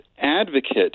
advocate